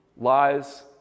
lies